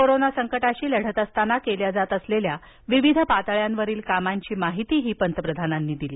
corona संकटाशी लढत असताना केल्या जात असलेल्या विविध पातळ्यांवरील कामांची माहिती पंतप्रधानांनी दिली